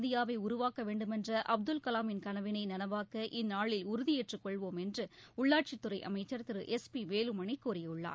இந்தியாவை உருவாக்க வேண்டுமென்ற அப்துல்கலாமின் கனவினை வளமான நனவாக்க இந்நாளில் உறுதியேற்றுக் கொள்வோம் என்று உள்ளாட்சித்துறை அமைச்சர் திரு எஸ் பி வேலுமணி கூறியுள்ளார்